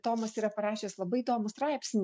tomas yra parašęs labai įdomų straipsnį